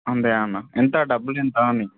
అంతే అన్నా ఎంత డబ్బులెంతా అని